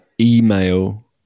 email